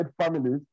families